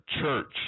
church